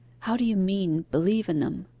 how do you mean, believe in them?